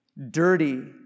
Dirty